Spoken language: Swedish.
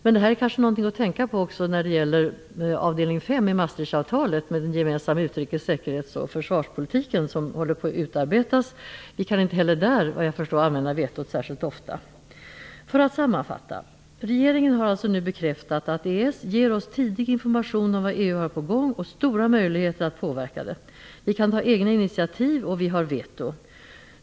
Men det här är kanske någonting att tänka på också när det gäller avdelning 5 i Maastrichtavtalet om en gemensam utrikes-, säkerhets och försvarspolitik, som håller på att utarbetas. Vi kan inte heller där, vad jag förstår, använda vetot särskilt ofta. För att sammanfatta: Regeringen har nu bekräftat att EES ger oss tidig information om vad EU har på gång och stora möjligheter att påverka det. Vi kan ta egna initiativ, och vi har vetorätt.